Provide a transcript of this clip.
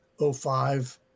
05